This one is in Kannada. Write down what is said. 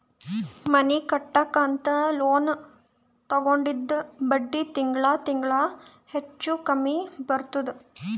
ಮನಿ ಕಟ್ಲಕ್ ಅಂತ್ ಲೋನ್ ತಗೊಂಡಿದ್ದ ಬಡ್ಡಿ ತಿಂಗಳಾ ತಿಂಗಳಾ ಹೆಚ್ಚು ಕಮ್ಮಿ ಬರ್ತುದ್